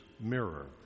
mirror